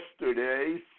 yesterday